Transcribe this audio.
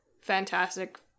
fantastic